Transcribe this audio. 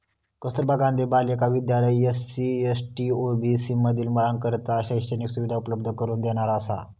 कस्तुरबा गांधी बालिका विद्यालय SC, ST, OBC मधील मुलींकरता शैक्षणिक सुविधा उपलब्ध करून देणारा असा